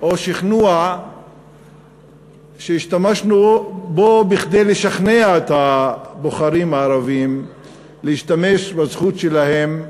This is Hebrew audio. או שכנוע שהשתמשנו בו כדי לשכנע את הבוחרים הערבים להשתמש בזכות שלהם,